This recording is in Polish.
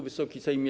Wysoki Sejmie!